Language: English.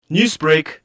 Newsbreak